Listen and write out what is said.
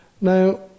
Now